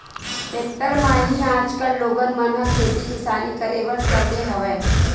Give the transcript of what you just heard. tractor म ही आजकल लोगन मन ह खेती किसानी करे बर धर ले हवय